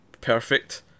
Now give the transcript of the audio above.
perfect